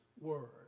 word